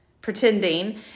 pretending